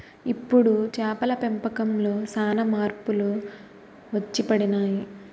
ఇప్పుడు చేపల పెంపకంలో సాన మార్పులు వచ్చిపడినాయి